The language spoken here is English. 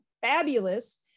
fabulous